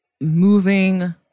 moving